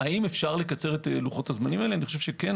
האם אפשר לקצר את לוחות הזמנים אני חושב שכן.